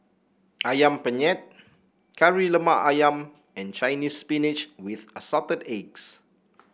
ayam Penyet Kari Lemak ayam and Chinese Spinach with Assorted Eggs